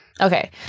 okay